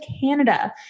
Canada